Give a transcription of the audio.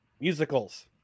musicals